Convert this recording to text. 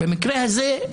במקרה הזה,